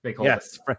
Yes